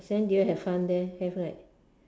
then do you have fun there have right